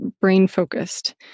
brain-focused